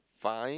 five